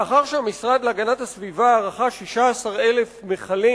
לאחר שהמשרד להגנת הסביבה רכש 16,000 מכלים